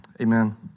Amen